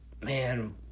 man